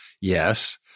Yes